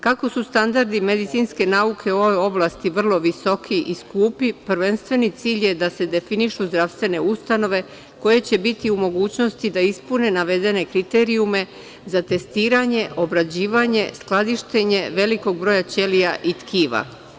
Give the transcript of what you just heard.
Kako su standardi medicinske nauke u ovoj oblasti vrlo visoki i skupi, prvenstveni cilj je da se definišu zdravstvene ustanove koje će biti u mogućnosti da ispune navedene kriterijume za testiranje, obrađivanje, skladištenje velikog broja ćelija i tkiva.